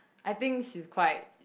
I think she's quite